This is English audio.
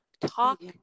talk